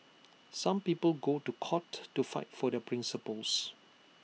some people go to court to fight for their principles